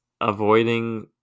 avoiding